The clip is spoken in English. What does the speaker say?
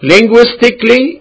Linguistically